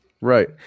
Right